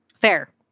Fair